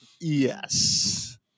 Yes